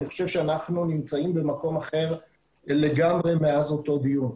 אני חושב שאנחנו נמצאים במקום אחר לגמרי מאז אותו דיון.